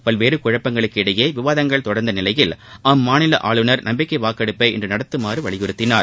பல்வேறு குழப்பங்களுக்கு இடையே விவாதங்கள் தொடர்ந்த நிலையில் அம்மாநில ஆளுநர் நம்பிக்கை வாக்கெடுப்பை இன்று நடத்தமாறு வலியுறுத்தினார்